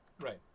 Right